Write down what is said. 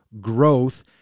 growth